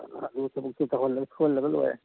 ꯊꯕꯛꯁꯤ ꯇꯧꯍꯜꯂꯒ ꯁꯨꯍꯜꯂꯒ ꯂꯣꯏꯔꯦ